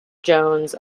jones